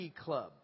club